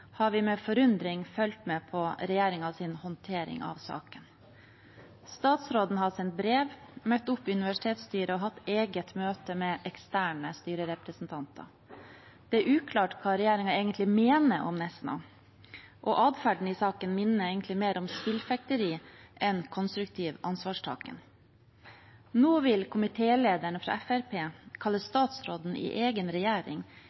har vi med forundring fulgt med på regjeringens håndtering av saken. Statsråden har sendt brev, møtt opp i universitetsstyret og hatt eget møte med eksterne styrerepresentanter. Det er uklart hva regjeringen egentlig mener om Nesna, og adferden i saken minner egentlig mer om spillfekteri enn om konstruktiv ansvarstaken. Nå vil komitélederen fra Fremskrittspartiet kalle statsråden i egen regjering